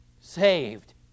saved